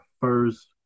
first